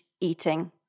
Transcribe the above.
eating